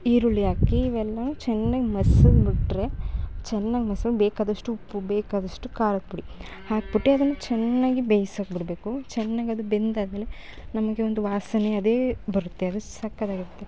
ಈರುಳ್ಳಿ ಹಾಕಿ ಇವೆಲ್ಲಾ ಚೆನ್ನಾಗ್ ಮಸದ್ಬಿಟ್ಟರೆ ಚೆನ್ನಾಗ್ ಮಸು ಬೇಕಾದಷ್ಟು ಉಪ್ಪು ಬೇಕಾದಷ್ಟು ಖಾರದ್ ಪುಡಿ ಹಾಕ್ಬಿಟ್ಟು ಅದನ್ನು ಚೆನ್ನಾಗಿ ಬೇಯಿಸೋಕ್ ಬಿಡಬೇಕು ಚೆನ್ನಾಗದು ಬೆಂದಾದ್ಮೇಲೆ ನಮಗೆ ಒಂದು ವಾಸನೆ ಅದೇ ಬರುತ್ತೆ ಅದು ಸಕ್ಕತ್ತಾಗಿರುತ್ತೆ